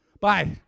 Bye